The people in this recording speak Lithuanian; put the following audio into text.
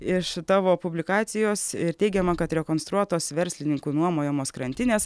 iš tavo publikacijos ir teigiama kad rekonstruotos verslininkų nuomojamos krantinės